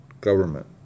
government